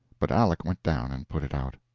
but aleck went down and put it out.